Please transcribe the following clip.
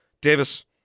Davis